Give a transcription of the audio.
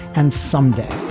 and someday,